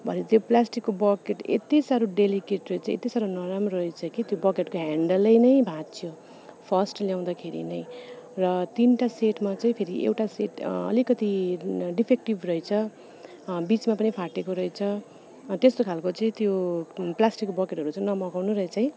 भरे त्यो प्लास्टिकको बकेट यति साह्रो डेलिकेट रहेछ यति साह्रो नराम्रो रहेछ कि त्यो बकेटको हेन्डल नै भाँचियो फर्स्ट ल्याउँदाखेरि नै र तिनवटा सेटमा चाहिँ फेरि एउटा सेट अलिकति डिफेक्टिभ रहेछ बिचमा पनि फाटेको रहेछ त्यस्तो खाले चाहिँ त्यो प्लास्टिक बकेटहरू चाहिँ नमगाउनु रहेछ है